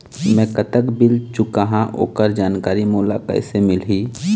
मैं कतक बिल चुकाहां ओकर जानकारी मोला कइसे मिलही?